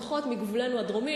לפחות מגבולנו הדרומי,